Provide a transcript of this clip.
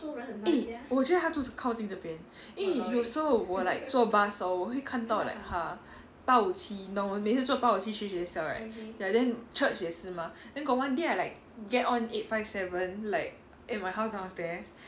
eh 我觉得她住这靠近这边因为有时候我 like 坐 bus hor 我会看到 like 她八五七你懂我每次做八五七去学校 right ya then church 也是 mah then got one day I like get on eight five seven like at my house downstairs and then